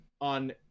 on